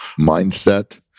mindset